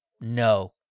no